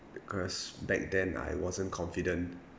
because back then I wasn't confident